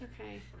Okay